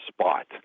spot